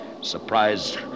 Surprised